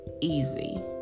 easy